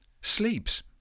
Sleeps